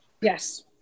Yes